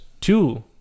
two